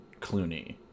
Clooney